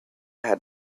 had